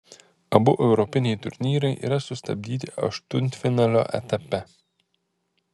abu europiniai turnyrai yra sustabdyti aštuntfinalio etape